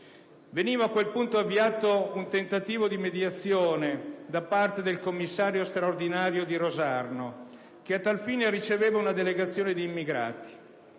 Veniva a quel punto avviato un tentativo di mediazione da parte del commissario straordinario di Rosarno che, a tal fine, riceveva una delegazione di immigrati.